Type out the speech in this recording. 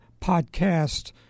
podcast